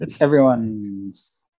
everyone's